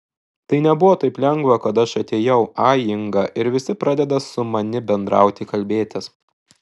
tai nebuvo taip lengva kad aš atėjau ai inga ir visi pradeda su mani bendrauti kalbėtis